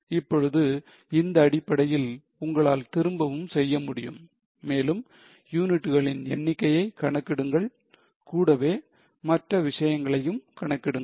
இப்பொழுது இந்த அடிப்படையில் உங்களால் திரும்பவும் செய்ய முடியும் மேலும் யூனிட்களின் எண்ணிக்கையை கணக்கிடுங்கள் கூடவே மற்ற விஷயங்களையும் கணக்கிடுங்கள்